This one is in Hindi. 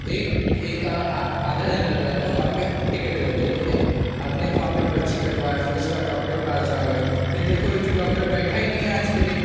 एक एक आ आधा दिन लग जाता है वहाँ पर टिकट लेते लेते आपने वहाँ पर पर्ची कटवाया फिर उसके बाद डॉक्टर के पास जाओगे फिर देखोगे कि डॉक्टर बैठा ही नहीं है आज के दिन